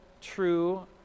true